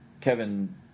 Kevin